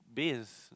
that is